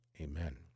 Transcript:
Amen